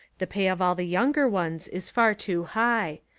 the pay of all the younger ones is far too high.